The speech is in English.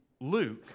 Luke